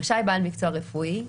רשאי בעל מקצוע רפואי,